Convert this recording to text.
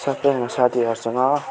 सबजना साथीहरूसँग